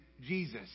Jesus